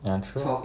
ya true ah